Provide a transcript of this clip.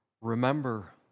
Remember